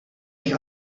jich